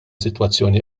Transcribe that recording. sitwazzjoni